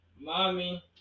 mommy